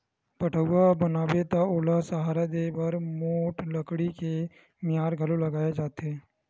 पठउहाँ बनाबे त ओला सहारा देय बर मोठ लकड़ी के मियार घलोक लगाए जाथे